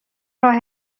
راه